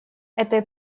этой